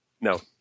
No